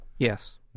Yes